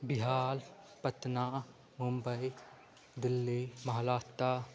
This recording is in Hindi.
बिहार पटना मुम्बई दिल्ली महाराष्ट्र